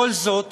כל זאת